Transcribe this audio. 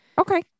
Okay